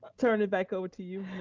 turn it back over to you,